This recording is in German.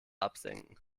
absenken